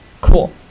Cool